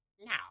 Now